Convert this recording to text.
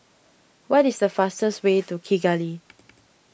what is the fastest way to Kigali